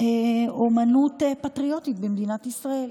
אומנות פטריוטית במדינת ישראל.